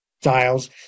styles